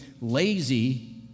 lazy